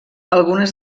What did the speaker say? algunes